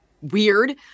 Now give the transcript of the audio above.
weird